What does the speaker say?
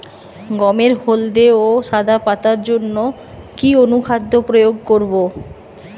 গমের হলদে ও সাদা পাতার জন্য কি অনুখাদ্য প্রয়োগ করব?